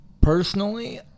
Personally